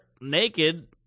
naked